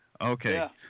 Okay